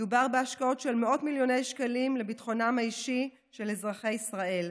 מדובר בהשקעות של מאות מיליוני שקלים בביטחונם האישי של אזרחי ישראל.